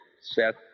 Seth